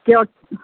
କିଏ